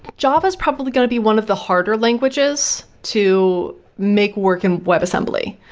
java's probably going to be one of the harder languages to make work in web assembly.